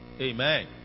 Amen